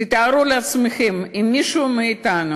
תתארו לעצמכם, אם מישהו מאתנו